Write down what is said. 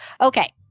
Okay